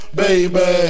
baby